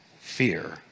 fear